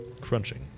crunching